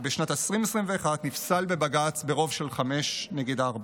בשנת 2021 החוק נפסל בבג"ץ ברוב של חמישה נגד ארבעה.